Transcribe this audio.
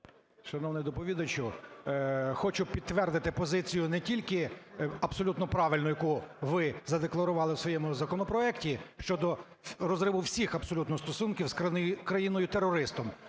Шановний доповідачу, хочу підтвердити позицію, не тільки абсолютно правильну, яку ви задекларували у своєму законопроекті щодо розриву всіх абсолютно стосунків з країною-терористом,